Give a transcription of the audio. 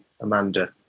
Amanda